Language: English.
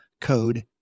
code